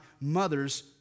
mother's